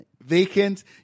Vacant